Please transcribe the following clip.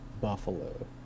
Buffalo